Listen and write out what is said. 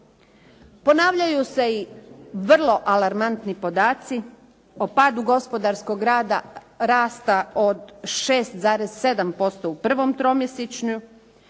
Ponavljaju se i vrlo alarmantni podaci o padu gospodarskog rasta od 6,7% u prvom tromjesečju